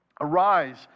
Arise